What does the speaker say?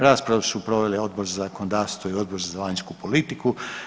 Raspravu su proveli Odbor za zakonodavstvo i Odbor za vanjsku politiku.